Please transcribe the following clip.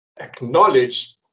acknowledge